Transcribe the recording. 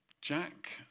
Jack